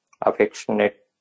affectionate